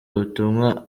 ubutumwa